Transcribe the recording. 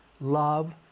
love